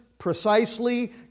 Precisely